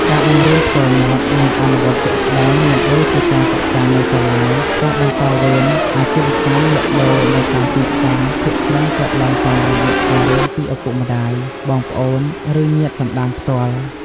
ការបង្រៀនផ្ទាល់មាត់ និងអនុវត្តជាក់ស្តែង មិនដូចជាការសិក្សានៅសាលា ការបន្តវេនអាជីវកម្មលក់ដូរនៅតាមទីផ្សារភាគច្រើនកើតឡើងតាមរយៈការរៀនពីឪពុកម្តាយ បងប្អូន ឬញាតិសន្ដានផ្ទាល់។